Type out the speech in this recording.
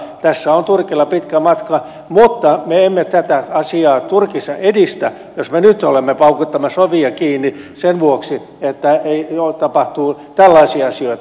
tässä on turkilla pitkä matka mutta me emme tätä asiaa turkissa edistä jos me nyt olemme paukuttamassa ovia kiinni sen vuoksi että tapahtuu tällaisia asioita